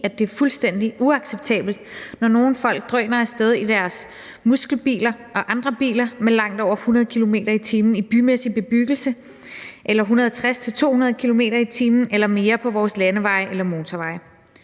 at det er fuldstændig uacceptabelt, når nogle folk drøner af sted i deres muskelbiler og andre biler med langt over 100 km/t. i bymæssig bebyggelse eller 160-200 km/t. eller mere på vores landeveje eller motorveje.